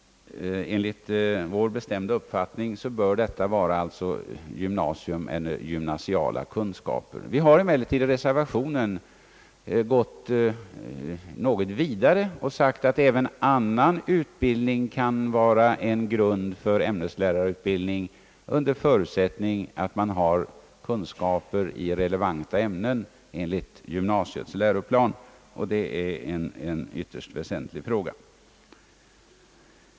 Enligt vår bestämda uppfattning bör här krävas gymnasium eller gymnasiala kunskaper. Vi har emellertid i reservationen gått något längre och sagt att även annan utbildning kan utgöra en grund för ämneslärarutbildning under förutsättning att man har kunskaper i relevanta ämnen enligt gymnasiets läroplan, och det är en mycket väsentlig fråga.